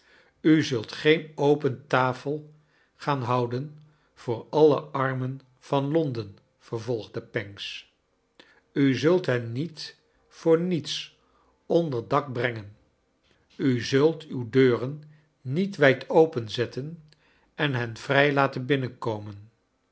u zult geen open tafel gaan houden voor alle armen van londen vervolgde pancks u zult hen niet voor niets onder dak brengen u zult uw deuren niet wijd open zetten en hen vrij laten binnenkomen